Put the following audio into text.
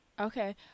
Okay